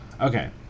Okay